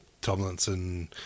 Tomlinson